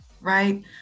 right